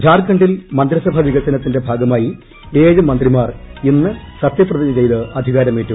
് ഝാർഖണ്ഡിൽ മന്ത്രിസഭാ വികസനത്തിന്റെ ഭാഗമായി ഏഴ് മന്ത്രിമാർ ഇന്ന് സത്യപ്രതിജ്ഞ ചെയ്ത് അധികാരമേറ്റു